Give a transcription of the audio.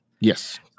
Yes